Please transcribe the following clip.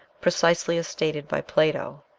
precisely as stated by plato.